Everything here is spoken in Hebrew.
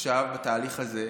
עכשיו בתהליך הזה,